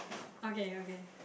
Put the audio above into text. okay okay